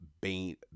Bain